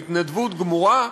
בהתנדבות גמורה?